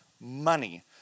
money